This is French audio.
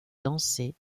dansé